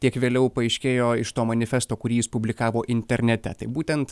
tiek vėliau paaiškėjo iš to manifesto kurį jis publikavo internete tai būtent